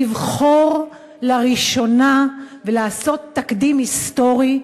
לבחור לראשונה, לעשות תקדים היסטורי,